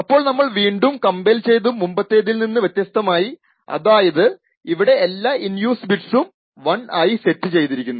അപ്പോൾ നമ്മൾ വീണ്ടും കംപൈൽ ചെയ്തു മുമ്പത്തേതിൽ നിന്ന് വ്യത്യസ്താമായി അതായതു അവിടെ എല്ലാ ഇൻ യൂസ് ബിറ്റ്സും 1 ആയി സെറ്റ് ചെയ്തിരുന്നു